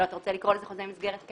אתה רוצה לקרוא חזה חוזה מסגרת?